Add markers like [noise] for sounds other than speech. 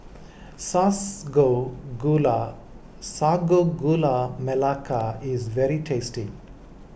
[unintelligible] Gula Sago Gula Melaka is very tasty